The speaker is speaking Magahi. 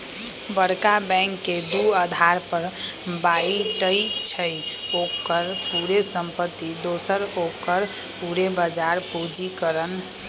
बरका बैंक के दू अधार पर बाटइ छइ, ओकर पूरे संपत्ति दोसर ओकर पूरे बजार पूंजीकरण